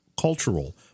cultural